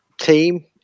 team